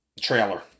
trailer